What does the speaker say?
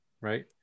right